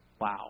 Wow